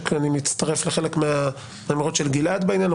שאני מצטרף לחלק מהאמירות של גלעד בעניין,